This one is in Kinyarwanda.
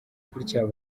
gutyo